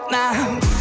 now